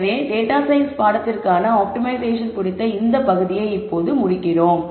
எனவே data science பாடத்திற்கான optimisation குறித்த இந்த பகுதியை இப்போது முடிக்கிறோம்